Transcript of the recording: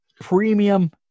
premium